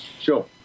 Sure